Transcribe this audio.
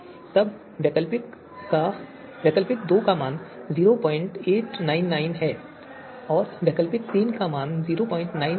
तब वैकल्पिक दो का मान 0899 है और वैकल्पिक तीन के लिए मान 098 है